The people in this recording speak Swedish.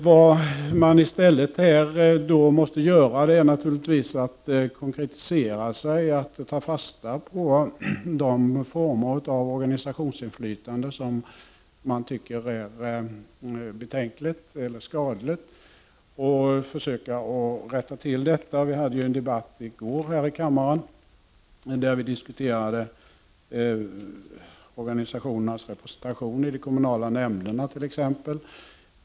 Vad vi i stället måste göra är att konkretisera oss och ta fasta på de former av organisationsinflytande som man tycker är betänkliga eller skadliga och försöka att rätta till det. Vi hade en debatt i går här i kammaren där vi diskuterade organisationernas representation i de kommunala nämnderna.